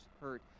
hurt